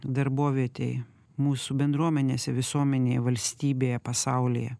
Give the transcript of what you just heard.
darbovietėje mūsų bendruomenėse visuomenėje valstybėje pasaulyje